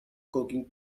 cooking